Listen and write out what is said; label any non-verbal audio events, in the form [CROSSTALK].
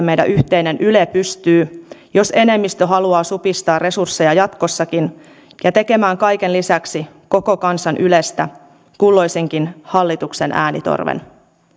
[UNINTELLIGIBLE] meidän yhteinen yle pystyy jos enemmistö haluaa supistaa resursseja jatkossakin ja tehdä kaiken lisäksi koko kansan ylestä kulloisenkin hallituksen äänitorven